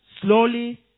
slowly